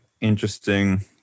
interesting